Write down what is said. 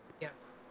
Yes